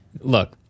look